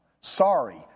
Sorry